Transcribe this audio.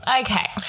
Okay